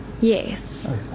Yes